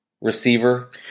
receiver